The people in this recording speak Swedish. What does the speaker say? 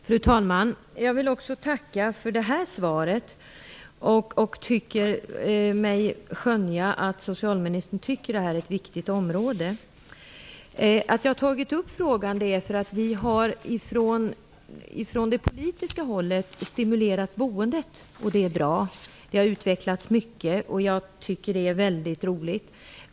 Fru talman! Jag vill också tacka för det här svaret. Jag tycker mig kunna skönja att socialministern tycker att det här är ett viktigt område. Jag har tagit upp frågan därför att vi ifrån det politiska hållet har stimulerat boendet - och det är bra. Det har utvecklats mycket och jag tycker att det är väldigt roligt.